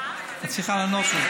אני מציע לך הצבעה במועד אחר.